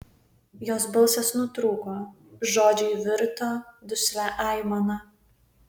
jos balsas nutrūko žodžiai virto duslia aimana